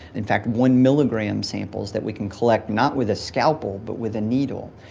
in fact one milligram samples that we can collect not with a scalpel but with a needle.